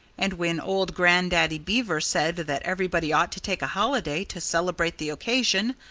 and when old grandaddy beaver said that everybody ought to take a holiday to celebrate the occasion,